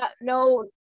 No